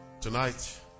Tonight